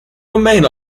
domain